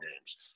games